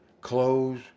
clothes